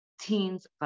teens